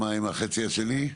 מה עם החצי השני?